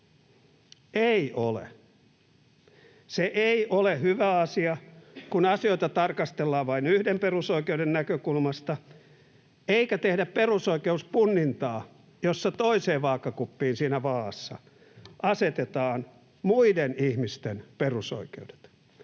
Ei ole. Se ei ole hyvä asia, kun asioita tarkastellaan vain yhden perusoikeuden näkökulmasta eikä tehdä perusoikeuspunnintaa, jossa toiseen vaakakuppiin siinä vaa’assa asetetaan muiden ihmisten perusoikeudet.